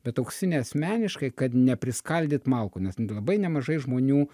bet auksinė asmeniškai kad nepriskaldyt malkų nes labai nemažai žmonių